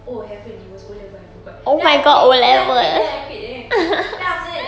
oh haven't it was O-level I forgot then I quit then I quit then I quit then I quit then after that